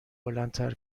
بلندتر